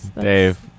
Dave